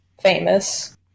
famous